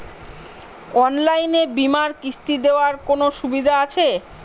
অনলাইনে বীমার কিস্তি দেওয়ার কোন সুবিধে আছে?